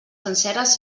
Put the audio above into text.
senceres